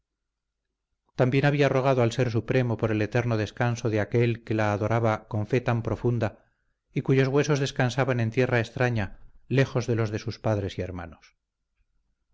también había rogado al ser supremo por el eterno descanso de aquel que la adoraba con fe tan profunda y cuyos huesos descansaban en tierra extraña lejos de los de sus padres y hermanos